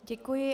Děkuji.